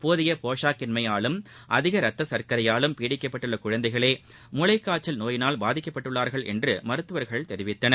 போதிய போஷாக்கின்மையாலும் அதிக ரத்த சர்க்கரையாலும் பீடிக்கப்பட்டுள்ள குழந்தைகளே மூளைக்காய்ச்சல் நோயினால் பாதிக்கப்பட்டுள்ளார்கள் என்று மருத்துவர்கள் தெரிவித்தார்கள்